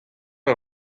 eur